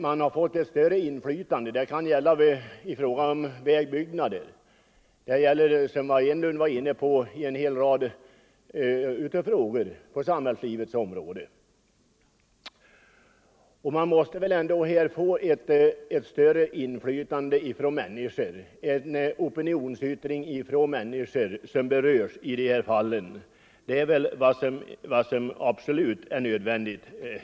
Man har fått större möjligheter att påverka frågorna; det kan gälla vägbyggnader och det gäller, vilket herr Enlund var inne på, en hel rad andra frågor i samhällslivet. Man måste väl ändå också här få ett större inflytande från berörda personer; en opinionsyttring från människor som berörs i det här fallet är absolut nödvändig.